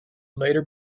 later